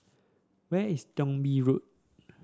where is Thong Bee Road